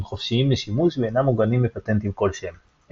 הם חופשיים לשימוש ואינם מוגנים בפטנטים כלשהם.